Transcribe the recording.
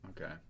okay